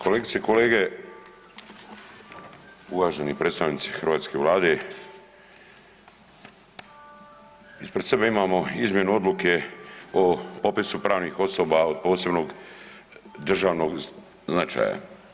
Kolegice i kolege, uvaženi predstavnici hrvatske Vlade, ispred sebe imamo izmjenu Odluke o popisu pravnih osoba od posebnog državnog značaja.